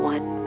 One